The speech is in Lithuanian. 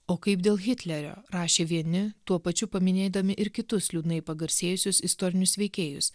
o kaip dėl hitlerio rašė vieni tuo pačiu paminėdami ir kitus liūdnai pagarsėjusius istorinius veikėjus